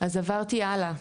אז עברתי הלאה,